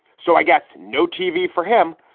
so i guess no tv for him.